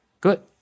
good